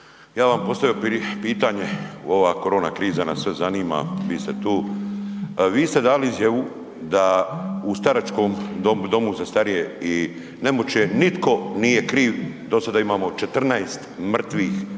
bi vam postavio pitanje, ova korona kriza nas sve zanima, vi ste tu. Vi ste dali izjavu da u staračkom domu, domu za starije i nemoćne nitko nije kriv, do sada imamo 14 mrtvih osoba